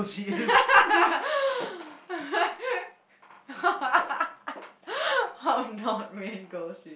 how not mean girl she is